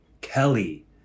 Kelly